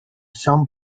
some